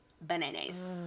bananas